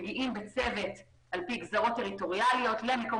מגיעים בצוות לפי גזרות טריטוריאליות למקום